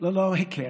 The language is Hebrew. ללא הכר.